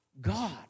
God